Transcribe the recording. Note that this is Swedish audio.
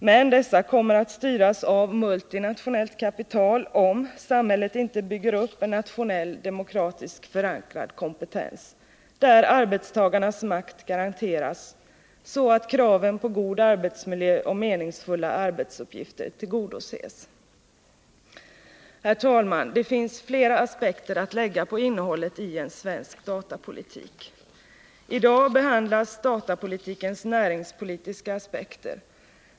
Men dessa kommer att styras av multinationellt kapital, om samhället inte bygger upp en nationell, demokratiskt förankrad kompetens, där arbetstagarnas makt garanteras, så att kraven på god arbetsmiljö och meningsfulla arbetsuppgifter tillgodoses. Herr talman! Det finns flera aspekter att lägga på innehållet i en svensk datapolitik. I dag behandlas datapolitikens näringspolitiska aspekter.